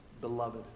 beloved